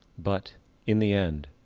but in the end,